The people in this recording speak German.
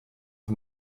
auf